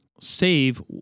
save